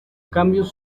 cambios